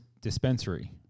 dispensary